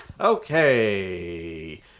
Okay